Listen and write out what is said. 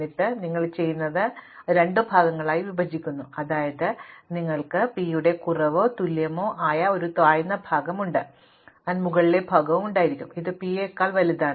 എന്നിട്ട് നിങ്ങൾ ചെയ്യുന്നത് നിങ്ങൾ ഇത് രണ്ട് ഭാഗങ്ങളായി വിഭജിക്കുന്നു അതായത് നിങ്ങൾക്ക് p യുടെ കുറവോ തുല്യമോ ആയ ഒരു താഴ്ന്ന ഭാഗം ഉണ്ട് മുകളിലെ ഭാഗം ഉണ്ടായിരിക്കാം ഇത് p നേക്കാൾ വലുതാണ്